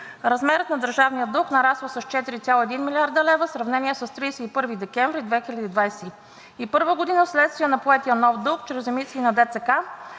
Размерът на държавния дълг нараства с 4,1 млрд. лв. в сравнение с 31 декември 2021 г. вследствие на поетия нов дълг чрез емисии на ДЦК